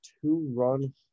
two-run